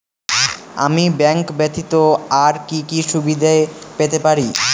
আমি ব্যাংক ব্যথিত আর কি কি সুবিধে পেতে পারি?